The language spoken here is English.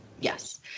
Yes